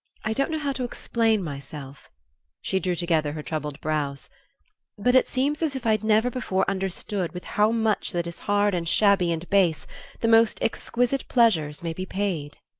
i don't know how to explain myself she drew together her troubled brows but it seems as if i'd never before understood with how much that is hard and shabby and base the most exquisite pleasures may be paid.